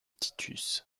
titus